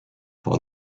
for